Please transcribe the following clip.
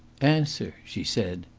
answer! she said.